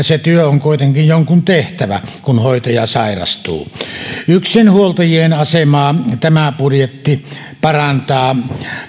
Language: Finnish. se työ on kuitenkin jonkun tehtävä kun hoitaja sairastuu yksinhuoltajien asemaa tämä budjetti parantaa